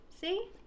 See